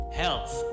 health